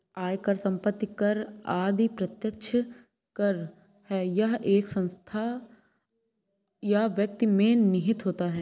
आयकर, संपत्ति कर आदि प्रत्यक्ष कर है यह एक संस्था या व्यक्ति में निहित होता है